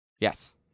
Yes